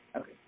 Okay